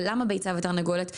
אבל למה ביצה ותרנגולת?